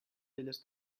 elles